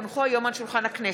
כי הונחו היום על שולחן הכנסת,